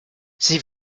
sie